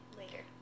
later